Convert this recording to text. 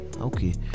okay